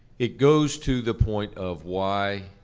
it goes to the point of why,